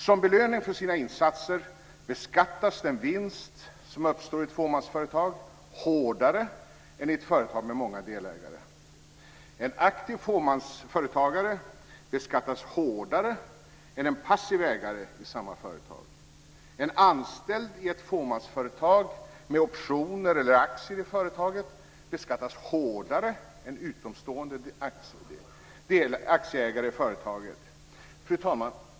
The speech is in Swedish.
Som belöning för deras insatser beskattas den vinst som uppstår i ett fåmansföretag hårdare än i ett företag med många delägare. En aktiv fåmansföretagare beskattas hårdare än en passiv ägare i samma företag. En anställd i ett fåmansföretag med optioner eller aktier i företaget beskattas hårdare än utomstående aktieägare i företaget. Fru talman!